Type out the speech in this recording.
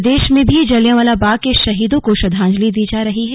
प्रदेश में भी जलियांवाला बाग के शहीदों को श्रद्धांजलि दी जा रही है